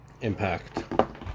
Impact